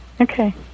okay